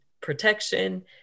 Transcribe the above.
protection